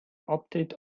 update